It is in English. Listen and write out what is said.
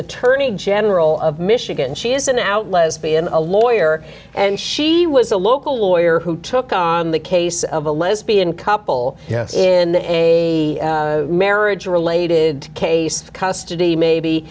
attorney general of michigan she is an out lesbian a lawyer and she was a local lawyer who took on the case of a lesbian couple in a marriage related case custody maybe